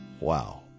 Wow